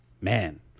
man